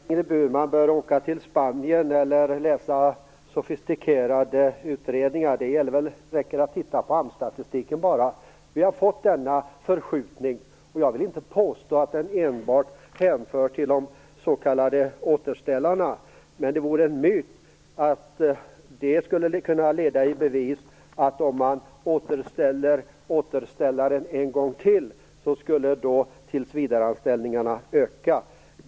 Herr talman! Jag tror inte att Ingrid Burman behöver åka till Spanien eller läsa sofistikerade utredningar. Det räcker att bara titta på AMS-statistiken. Vi har fått denna förskjutning. Jag vill inte påstå att den enbart hänför till de s.k. återställarna, men det vore en myt att detta skulle kunna leda i bevis att tillsvidareanställningarna skulle öka om man återställer återställaren en gång till.